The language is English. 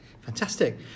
Fantastic